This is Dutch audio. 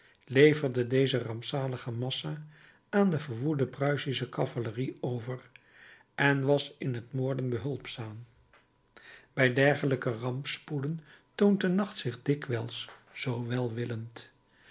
leverde deze rampzalige massa aan de verwoede pruisische cavalerie over en was in t moorden behulpzaam bij dergelijke rampspoeden toont de nacht zich dikwijls zoo welwillend